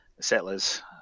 settlers